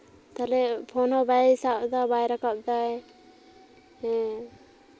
ᱛᱟᱦᱞᱮ ᱯᱷᱳᱱ ᱦᱚᱸ ᱵᱟᱭ ᱥᱟᱵᱫᱟ ᱵᱟᱭ ᱨᱟᱠᱟᱵᱽ ᱫᱟᱭ ᱦᱮᱸ